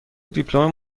دیپلم